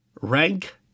rank